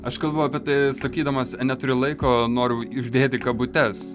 aš kalbu apie tai sakydamas neturiu laiko noriu uždėti kabutes